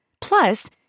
Plus